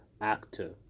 actor